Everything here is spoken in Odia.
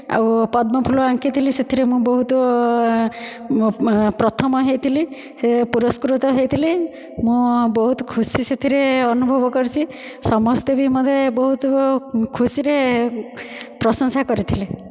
ଆଉ ପଦ୍ମ ଫୁଲ ଆଙ୍କିଥିଲି ସେଥିରେ ମୁଁ ବହୁତ ପ୍ରଥମ ହୋଇଥିଲି ସେ ପୁରସ୍କୃତ ହୋଇଥିଲି ମୁଁ ବହୁତ ଖୁସି ସେଥିରେ ଅନୁଭବ କରୁଛି ସମସ୍ତେ ବି ମୋତେ ବହୁତ ଖୁସିରେ ପ୍ରଶଂସା କରିଥିଲେ